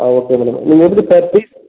ஆ okay madam நீங்கள் எப்படி இப்போ பீஸ்